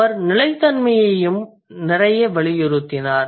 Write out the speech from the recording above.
அவர் நிலைத்தன்மையையும் நிறைய வலியுறுத்தினார்